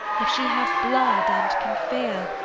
if she have blood, and can fear,